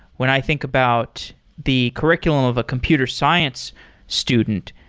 when i think about the curriculum of a computer science student,